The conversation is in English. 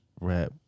rap